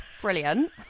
brilliant